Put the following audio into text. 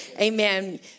Amen